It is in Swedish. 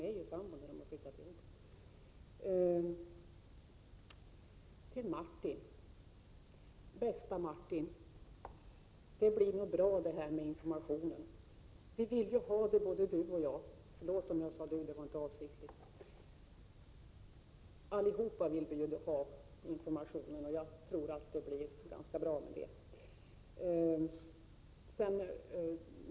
Till Martin Olsson vill jag säga: Bäste Martin! Det blir nog bra det här med informationen. Vi vill ju ha det, både du och jag —- förlåt att jag sade ”du”; det var inte avsiktligt. Vi vill ju alla ha informationen, och jag tror att det blir bra med det.